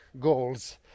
goals